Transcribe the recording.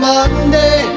Monday